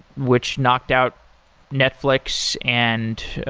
which knocked out netflix. and oh,